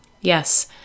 Yes